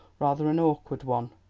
rather an awkward one.